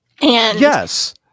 yes